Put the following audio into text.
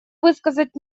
высказать